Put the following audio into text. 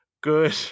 good